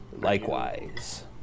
Likewise